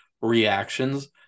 reactions